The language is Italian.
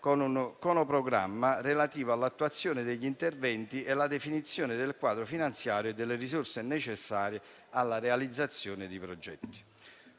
con un cronoprogramma relativo all'attuazione degli interventi e alla definizione del quadro finanziario delle risorse necessarie alla realizzazione di progetti.